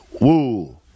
Woo